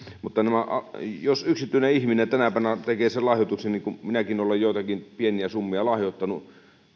jos yksityinen ihminen tänä päivänä tekee sen lahjoituksen niin kuin minäkin olen joitakin pieniä summia lahjoittanut